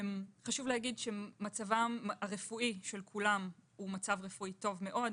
המצב הרפואי של כולם הוא מצב רפואי טוב מאוד,